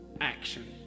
action